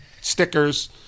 stickers